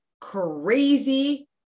crazy